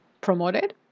promoted